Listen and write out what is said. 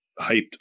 hyped